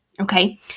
Okay